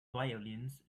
violins